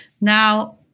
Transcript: Now